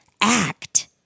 act